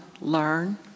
learn